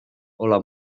hola